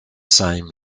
same